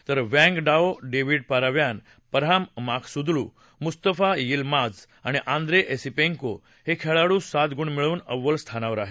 तर Wang Hao David Paravyan Parham Maghsoodloo Mustafa Yilmaz आणि Andrey Esipenko हे खेळाडू सात गुण मिळवून अव्वल स्थानावर आहेत